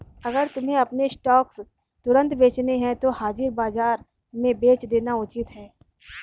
अगर तुम्हें अपने स्टॉक्स तुरंत बेचने हैं तो हाजिर बाजार में बेच देना उचित है